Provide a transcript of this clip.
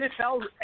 NFL –